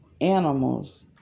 animals